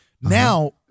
Now